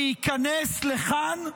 להיכנס לכאן,